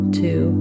two